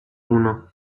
uno